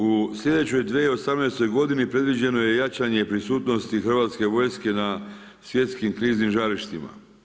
U sljedećoj 2018. godini predviđeno je jačanje prisutnosti Hrvatske vojske na svjetskim kriznim žarištima.